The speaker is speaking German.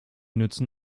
nützen